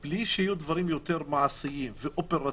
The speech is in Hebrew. בלי שיהיו דברים מעשיים ואופרטיביים,